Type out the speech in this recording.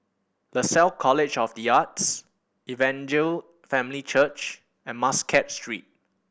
Lasalle College of The Arts Evangel Family Church and Muscat Street